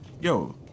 yo